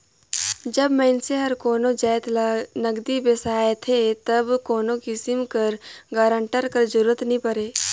जब मइनसे हर कोनो जाएत ल नगदी बेसाथे तब कोनो किसिम कर गारंटर कर जरूरत नी परे